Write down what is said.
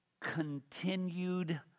continued